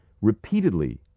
repeatedly